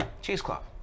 cheesecloth